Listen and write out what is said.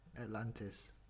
Atlantis